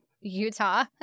Utah